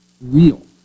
real